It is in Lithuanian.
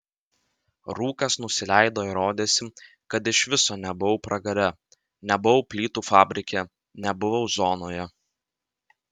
rūkas nusileido ir rodėsi kad iš viso nebuvau pragare nebuvau plytų fabrike nebuvau zonoje